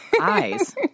eyes